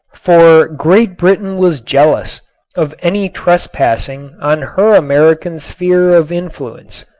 for great britain was jealous of any trespassing on her american sphere of influence.